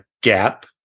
gap